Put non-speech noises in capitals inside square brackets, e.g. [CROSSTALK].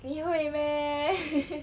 你会 meh [LAUGHS]